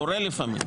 קורה לפעמים.